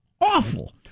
awful